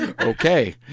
okay